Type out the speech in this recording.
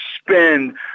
spend